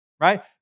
right